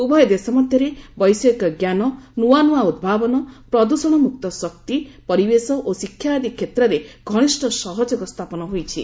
ଉଭୟ ଦେଶ ମଧ୍ୟରେ ବୈଷୟିକଞ୍ଜାନ ନୂଆନୂଆ ଉଭାବନ ପ୍ରଦୃଷଣମୁକ୍ତ ଶକ୍ତି ପରିବେଶ ଓ ଶିକ୍ଷା ଆଦି କ୍ଷେତ୍ରେ ଘନିଷ୍ଠ ସହଯୋଗ ସ୍ଥାପନ ହୋଇଛି